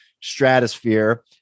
stratosphere